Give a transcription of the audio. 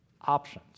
options